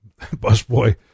Busboy